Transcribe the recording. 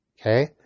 Okay